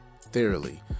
thoroughly